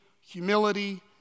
humility